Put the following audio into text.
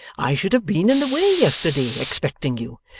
i should have been in the way yesterday, expecting you,